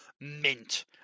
mint